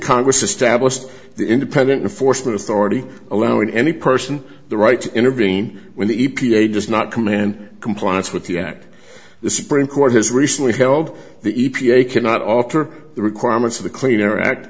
congress established the independent foresman authority allowing any person the right to intervene when the e p a just not command compliance with the act the supreme court has recently held the e p a cannot alter the requirements of the clean air act